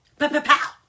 -pow